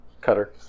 Cutter